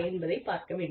என்பதை பார்க்க வேண்டும்